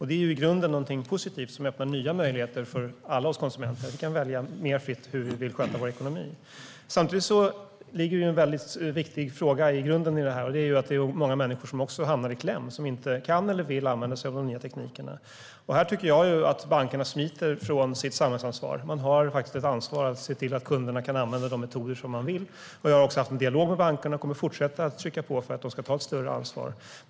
Det är i grunden positivt och öppnar nya möjligheter för alla oss konsumenter. Vi kan välja mer fritt hur vi vill sköta vår ekonomi. Samtidigt ligger det en viktig fråga i det här. Många människor hamnar i kläm, eftersom de inte kan eller vill använda sig av de nya teknikerna. Här tycker jag att bankerna smiter från sitt samhällsansvar. De har ansvar för att se till att kunderna kan använda de metoder man vill. Jag har haft en dialog med bankerna och kommer att fortsätta trycka på för att de ska ta ett större ansvar.